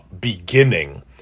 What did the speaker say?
beginning